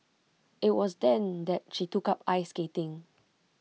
IT was then that she took up ice skating